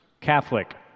Catholic